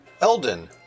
Elden